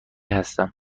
هستم